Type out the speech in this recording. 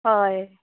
हय